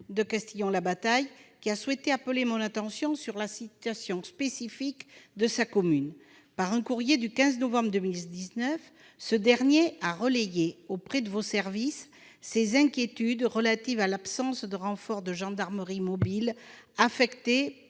de Castillon-la-Bataille, qui a appelé mon attention sur la situation spécifique de sa commune. Par un courrier du 15 novembre dernier, il a relayé auprès de vos services ses inquiétudes relatives à l'absence de renforts de gendarmerie mobile affectés